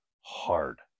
hard